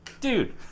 Dude